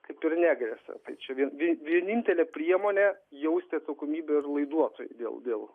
kaip ir negresia tai čia vie vie vienintelė priemonė jausti atsakomybę ir laiduotojui dėl dėl